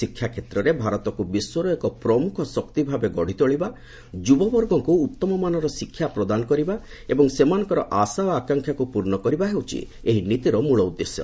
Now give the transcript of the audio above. ଶିକ୍ଷା କ୍ଷେତ୍ରରେ ଭାରତକୁ ବିଶ୍ୱର ଏକ ପ୍ରମୁଖ ଶକ୍ତିଭାବେ ଗଢି ତୋଳିବା ଯୁବବର୍ଗଙ୍କୁ ଉତ୍ତମମାନର ଶିକ୍ଷା ପ୍ରଦାନ କରିବା ଏବଂ ସେମାନଙ୍କର ଆଶା ଓ ଆକାଂକ୍ଷାକୁ ପୂର୍ଣ୍ଣ କରିବା ହେଉଛି ଏହି ନୀତିର ମୂଳ ଉଦ୍ଦେଶ୍ୟ